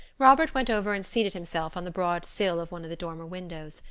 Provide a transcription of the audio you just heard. robert went over and seated himself on the broad sill of one of the dormer windows.